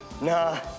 nah